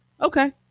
okay